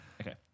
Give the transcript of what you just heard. Okay